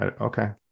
okay